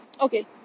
Okay